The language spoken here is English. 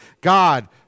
God